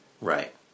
Right